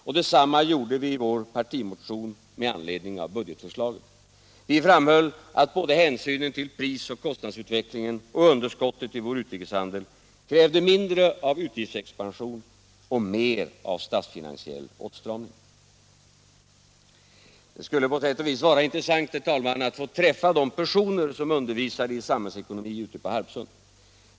Och detsamma gjorde vi i vår partimotion med anledning av budgetförslaget — vi framhöll att hänsynen både till prisoch kostnadsutvecklingen och till underskottet i vår utrikeshandel krävde mindre av utgiftsexpansion och mer av statsfinansiell åtstramning. Det skulle på sätt och vis vara intressant, herr talman, att få träffa de personer som undervisade i samhällsekonomi ute på Harpsund.